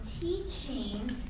teaching